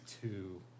two